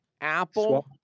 Apple